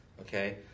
okay